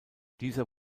dieser